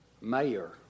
mayor